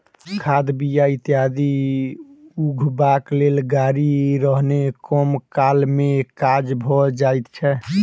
खाद, बीया इत्यादि उघबाक लेल गाड़ी रहने कम काल मे काज भ जाइत छै